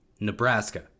Nebraska